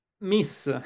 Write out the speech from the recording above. miss